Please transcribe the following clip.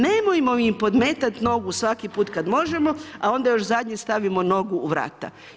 Nemojmo im podmetat nogu svaki put kad možemo, a onda još zadnje stavimo nogu u vrata.